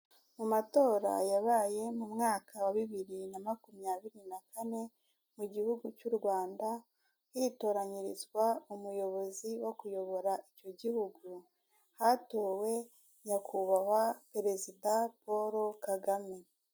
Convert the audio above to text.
Mu matora yabaye mu mwaka wa bibiri na makumyabiri na kane mu gihugu cy'u Rwanda, hitoranyirizwa umuyobozi wo kuyobora icyo gihugu. Hatowe nyakubahwa Perezida Paul Kagame.